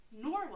Norway